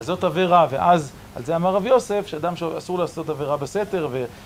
זאת עבירה, ואז על זה אמר רבי יוסף, שאדם ש... אסור לעשות עבירה בסתר